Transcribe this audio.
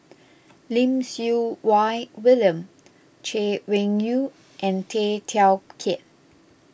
Lim Siew Wai William Chay Weng Yew and Tay Teow Kiat